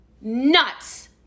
nuts